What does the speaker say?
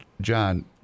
John